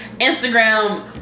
Instagram